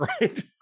right